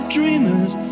dreamers